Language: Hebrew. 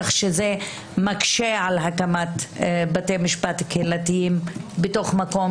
כך שזה מקשה על הקמת בתי משפט קהילתיים במקום